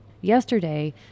Yesterday